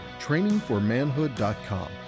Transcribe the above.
trainingformanhood.com